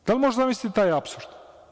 Da li možete da zamislite taj apsurd?